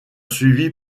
suivi